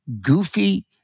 goofy